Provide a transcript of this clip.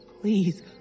please